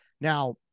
now